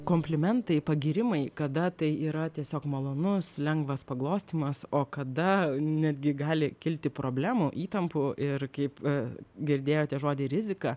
komplimentai pagyrimai kada tai yra tiesiog malonus lengvas paglostymas o kada netgi gali kilti problemų įtampų ir kaip girdėjote žodį rizika